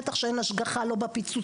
בטח שאין השגחה לא בפיצוציות,